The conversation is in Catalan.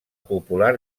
popular